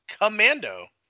commando